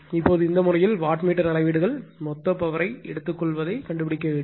இப்போது இந்த முறையில் வாட் மீட்டர் அளவீடுகள் மொத்த பவர்யை எடுத்துக்கொள்வதைக் கண்டுபிடிக்க வேண்டும்